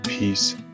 Peace